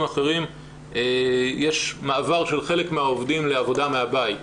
אחרים יש מעבר של חלק מהעובדים לעבודה מהבית,